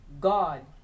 God